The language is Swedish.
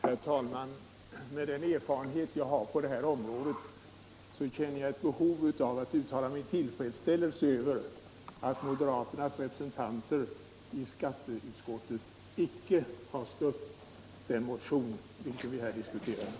Herr talman! Med den erfarenhet jag har på det här området känner jag ett behov av att uttala min tillfredsställelse över att moderaternas representanter i skatteutskottet icke har stött den motion som vi här diskuterar.